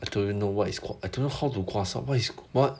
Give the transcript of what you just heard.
I don't even know what is called I don't know how to 刮痧 what is what